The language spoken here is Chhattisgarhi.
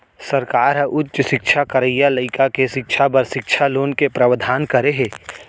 सरकार ह उच्च सिक्छा करइया लइका के सिक्छा बर सिक्छा लोन के प्रावधान करे हे